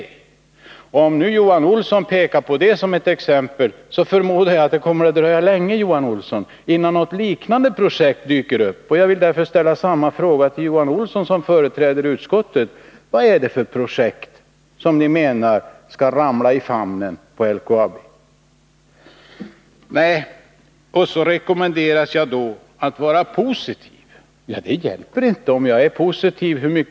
Johan Olsson pekar på den gruvan som ett exempel, men jag S förmodar att det kommer att dröja länge innan något liknande projekt dyker upp. Jag vill därför ställa samma fråga till Johan Olsson, som företräder utskottet: Vad är det för projekt som ni menar skall ramla i famnen på LKAB? Sedan rekommenderas jag att vara positiv. Det hjälper inte hur positiv jag än är.